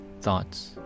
thoughts